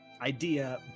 Idea